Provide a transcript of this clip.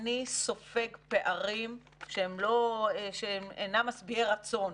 אני סופג פערים שהם אינם משביעי רצון,